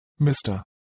Mr